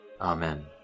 Amen